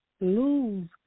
lose